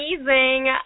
amazing